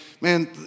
Man